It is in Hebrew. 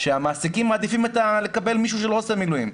שהמעסיקים מעדיפים לקבל מישהו שלא עושה מילואים.